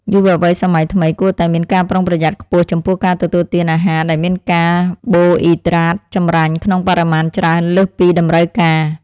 យុវវ័យសម័យថ្មីគួរតែមានការប្រុងប្រយ័ត្នខ្ពស់ចំពោះការទទួលទានអាហារដែលមានកាបូអ៊ីដ្រាតចម្រាញ់ក្នុងបរិមាណច្រើនលើសពីតម្រូវការ។